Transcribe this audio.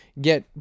get